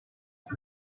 not